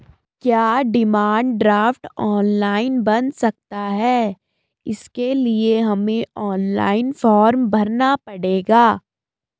क्या demand draft online बन सकता है इसके लिए हमें ऑनलाइन फॉर्म भरना पड़ेगा?